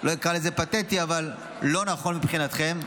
לא אקרא לזה פתטי, אבל לא נכון, מבחינתכם.